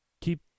keep